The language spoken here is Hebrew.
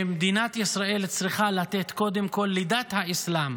שמדינת ישראל צריכה לתת קודם כול לדת האסלאם